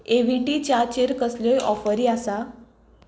ए V T च्याचेर कसल्योय ऑफरी आसात